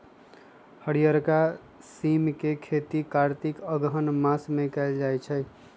हरियरका सिम के खेती कार्तिक अगहन मास में कएल जाइ छइ